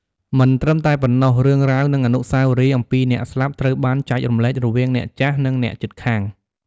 មិនត្រឹមតែប៉ុណ្ណោះ រឿងរ៉ាវនិងអនុស្សាវរីយ៍អំពីអ្នកស្លាប់ត្រូវបានចែករំលែករវាងអ្នកចាស់និងអ្នកជិតខាង។